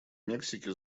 мексики